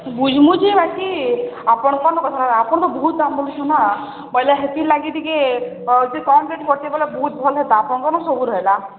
ମୁଁ ଯେ ବାକି ଆପଣ କ'ଣ କଥା ଆପଣ ତ ବହୁତ ଦାମ୍ ବୋଲୁଛ ନା ବୋଇଲେ ହେଥିର୍ ଲାଗି ଟିକେ କମ୍ ରେଟ୍ ପଡ଼ଛେ ବୋଲେ ବହୁତ ଭଲ ହେତା ଆପଣଙ୍କ ନା ସବୁ ରହିଲା